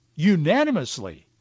unanimously